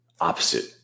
opposite